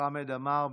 חמד עמאר,